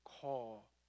call